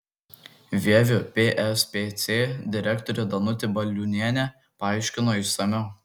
vievio pspc direktorė danutė baliūnienė paaiškino išsamiau